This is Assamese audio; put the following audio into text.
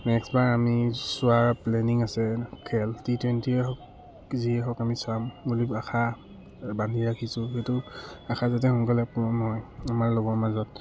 নেক্সট বাৰ আমি চোৱাৰ প্লেনিং আছে খেল টি টুৱেণ্টিয়ে হওক যিয়েই হওক আমি চাম বুলি আশা বান্ধি ৰাখিছোঁ সেইটো আশা যাতে সোনকালে পূৰণ আমাৰ লগৰ মাজত